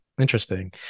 Interesting